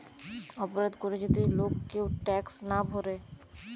অপরাধ করে যদি লোক কেউ ট্যাক্স না ভোরে